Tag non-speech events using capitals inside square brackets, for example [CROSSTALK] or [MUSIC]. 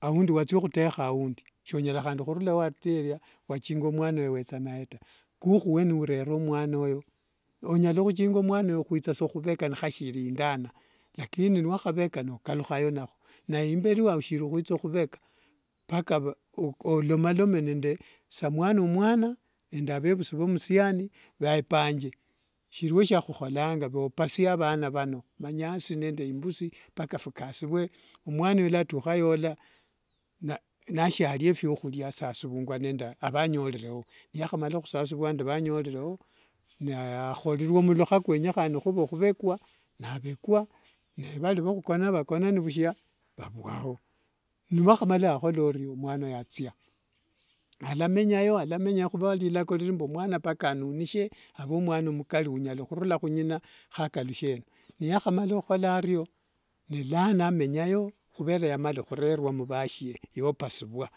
aundi watsia huteha aundi, sonyala handi hurula awatsia erya wachinga omwana oyo wetsa naye ta, kukhuwe niurera omwana oyo, onyala huchinga omwana oyo hwitsa sa huveka nihashirindana lakini nwahaveka nokaluhayo naho, naye imberi wooshiri hwitsa huveka mpaka [HESITATION] olomalome nde samwana mwana nde avevusi vo msiani vepange siriwo syahuholanga vopasie avana vano manyasi nende imbusi mpaka vikasivwe, omwana natuha yoola nashiarya evyahurya asasivungwa nde avanyorerewo, niyahamala husasivwa nde vanyorerewo, nahorerwa mlukha kwenyehane huva huvekwa navekwa, naye vari vokhukona nivakona nivushya vavwao, nivakhamala vakhola oryo omwana yatsia alamenyayo alamenyayo huvera rilako eriri mbu omwana mpaka anunishie ave omwana omkari ounyala hurula hung'ina hakalushe eno, niyahamala ohuhola aryo nelano amenyayo huvera yamala hurerwa mvashye yopasivwa.